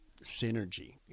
synergy